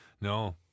No